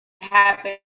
happen